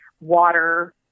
water